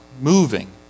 moving